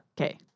Okay